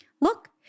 Look